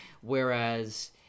Whereas